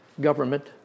government